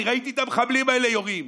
אני ראיתי את המחבלים האלה יורים.